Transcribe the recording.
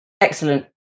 Excellent